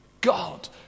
God